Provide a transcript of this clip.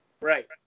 Right